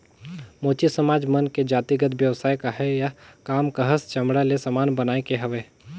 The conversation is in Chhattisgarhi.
मोची समाज मन के जातिगत बेवसाय काहय या काम काहस चमड़ा ले समान बनाए के हवे